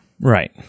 Right